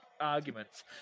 arguments